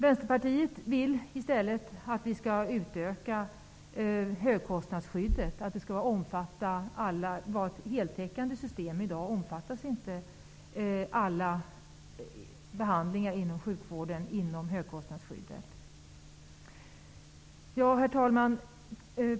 Vänsterpartiet vill i stället utöka högkostnadsskyddet och att det skall vara ett heltäckande system. I dag omfattas inte alla behandlingar inom sjukvården av högkostnadsskyddet. Herr talman!